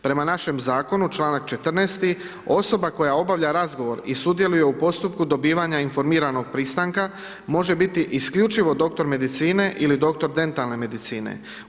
Prema našem zakonu, čl. 14., osoba koja obavlja razgovor i sudjeluje u postupku dobivanja informiranog pristanka može biti isključivo dr. medicine i dr. dentalne medicine.